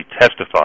testified